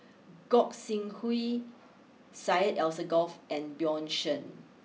Gog sing Hooi Syed Alsagoff and Bjorn Shen